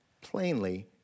Plainly